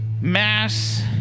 mass